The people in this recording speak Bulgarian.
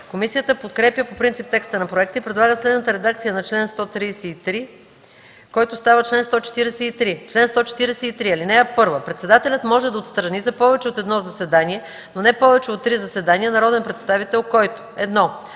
Комисията подкрепя по принцип текста на проекта и предлага следната редакция на чл. 133, който става чл. 143: „Чл. 143. (1) Председателят може да отстрани за повече от едно заседание, но не повече от три заседания, народен представител, който: 1.